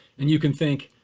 and you can think,